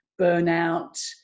burnout